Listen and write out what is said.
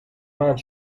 مند